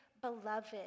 beloved